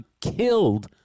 killed